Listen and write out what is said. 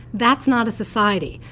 that's not a society.